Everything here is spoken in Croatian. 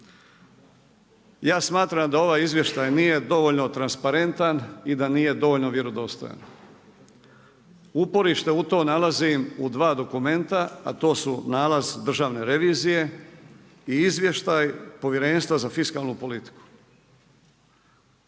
Ja smatram da ovaj izvještaj nije dovoljno transparentan i da nije dovoljno vjerodostojan. Uporište u tome nalazim u dva dokumenta, a to su nalaz Državne revizije i izvještaj Povjerenstva za fiskalnu politiku.